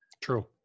True